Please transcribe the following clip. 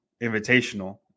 invitational